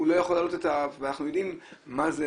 לא יכול להעלות את ה ואנחנו יודעים מה זה